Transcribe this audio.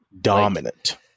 dominant